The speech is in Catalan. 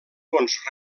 fons